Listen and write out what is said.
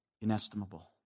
inestimable